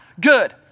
good